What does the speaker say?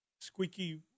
Squeaky